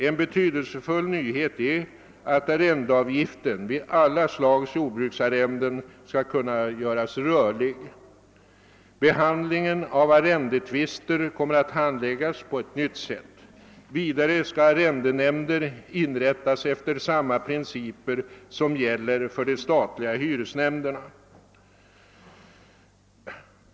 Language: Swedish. En betydelsefull nyhet är att arrendeavgiften vid alla slags jordbruksarrenden skall kunna göras rörlig. Behandlingen av arrendetvister kommer att handläggas på ett nytt sätt. Vidare skall arrendenämnder inrättas efter samma principer som gäller för de statliga hyresnämnderna.